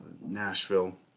Nashville